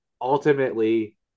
ultimately